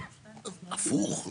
הפוך?